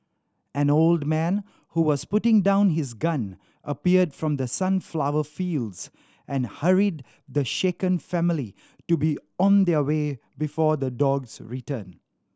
an old man who was putting down his gun appeared from the sunflower fields and hurried the shaken family to be on their way before the dogs return